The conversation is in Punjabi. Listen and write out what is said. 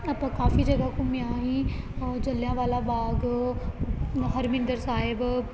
ਆਪਾਂ ਕਾਫੀ ਜਗ੍ਹਾ ਘੁੰਮਿਆ ਸੀ ਉਹ ਜਲ੍ਹਿਆਂਵਾਲਾ ਬਾਗ ਹਰਿਮੰਦਰ ਸਾਹਿਬ